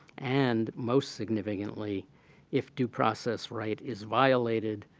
and most significantly if due process right is violated,